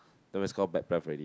then is call bad breath already